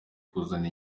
kuzana